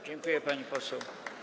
Dziękuję, pani poseł.